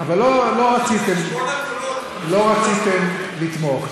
על חשבון הקולות, אבל לא רציתם לתמוך.